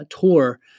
tour